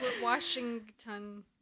Washington